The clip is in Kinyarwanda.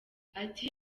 ati